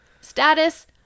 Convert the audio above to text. status